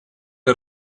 для